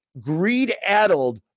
greed-addled